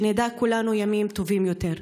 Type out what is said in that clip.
שנדע כולנו ימים טובים יותר.